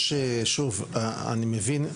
שוב, אני מבין,